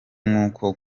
nk’uko